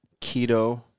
keto